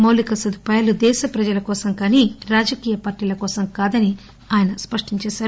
మౌలిక సదుపాయాలు దేశ ప్రజల కోసం కానీ రాజకీయ పార్టీల కోసం కాదని ఆయన స్పష్టం చేశారు